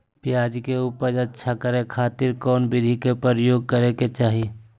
प्याज के उपज अच्छा करे खातिर कौन विधि के प्रयोग करे के चाही?